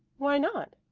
why not?